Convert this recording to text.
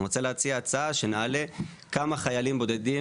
אני רוצה להציע הצעה, שנעלה כמה חיילים בודדים.